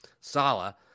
Salah